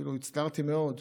אפילו הצטערתי מאוד,